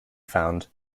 found